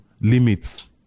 limits